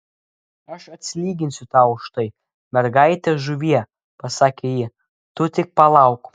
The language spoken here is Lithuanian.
aš atsilyginsiu tau už tai mergaite žuvie pasakė ji tu tik palauk